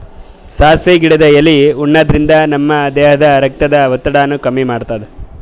ಸಾಸ್ವಿ ಗಿಡದ್ ಎಲಿ ಉಣಾದ್ರಿನ್ದ ನಮ್ ದೇಹದ್ದ್ ರಕ್ತದ್ ಒತ್ತಡಾನು ಕಮ್ಮಿ ಮಾಡ್ತದ್